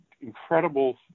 incredible